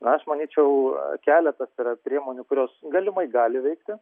aš manyčiau keletas yra priemonių kurios galimai gali veikti